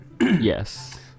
Yes